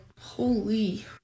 Holy